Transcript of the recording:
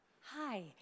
Hi